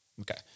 Okay